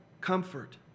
comfort